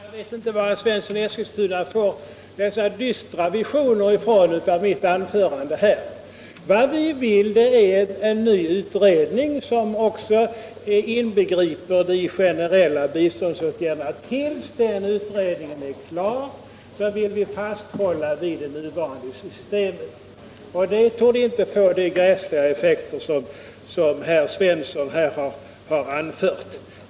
Herr talman! Jag vet inte varför herr Svensson i Eskilstuna får så dystra visioner av mitt anförande. Vad vi vill är att få till stånd en ny utredning som också inbegriper de generella biståndsåtgärderna. Tills den utredningen är klar vill vi fasthålla vid det nuvarande systemet. Det torde inte få de gräsliga effekter som herr Svensson här har anfört.